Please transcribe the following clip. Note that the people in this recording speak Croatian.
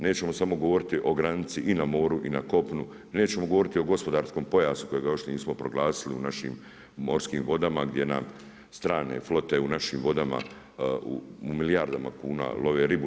Nećemo samo govoriti o granici i na moru i na kopnu, nećemo govoriti o gospodarskom pojasu kojega još nismo proglasili u našim morskim vodama gdje nam strane flote u našim vodama u milijardama kuna love ribu.